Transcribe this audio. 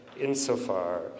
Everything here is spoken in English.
insofar